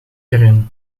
erin